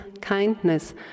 kindness